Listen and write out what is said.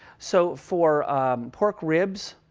so for pork ribs,